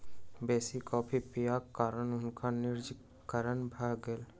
बेसी कॉफ़ी पिबाक कारणें हुनका निर्जलीकरण भ गेल